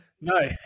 No